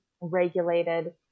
regulated